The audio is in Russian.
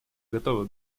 готовы